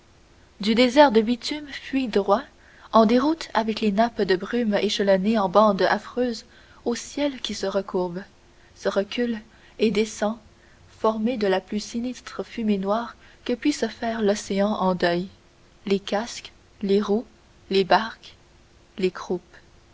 du désert de bitume fuient droit en déroute avec les nappes de brumes échelonnées en bandes affreuses au ciel qui se recourbe se recule et descend formé de la plus sinistre fumée noire que puisse faire l'océan en deuil les casques les roues les barques les croupes